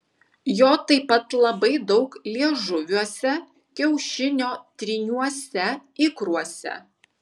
jo taip pat labai daug liežuviuose kiaušinio tryniuose ikruose